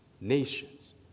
nations